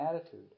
attitude